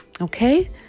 Okay